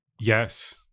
Yes